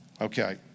Okay